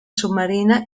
submarina